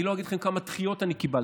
אני לא אגיד לכם כמה דחיות אני קיבלתי,